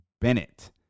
Bennett